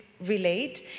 relate